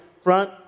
front